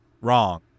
wrong